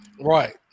Right